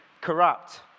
corrupt